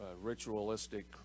ritualistic